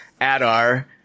adar